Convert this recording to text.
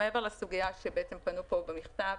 מעבר לסוגיה שפנו פה במכתב,